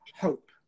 hope